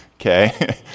okay